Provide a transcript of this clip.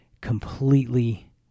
completely